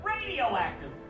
radioactive